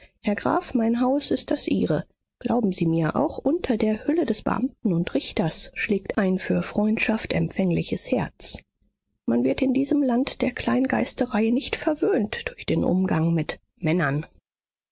herr graf mein haus ist das ihre glauben sie mir auch unter der hülle des beamten und richters schlägt ein für freundschaft empfängliches herz man wird in diesem land der kleingeisterei nicht verwöhnt durch den umgang mit männern